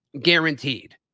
guaranteed